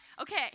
okay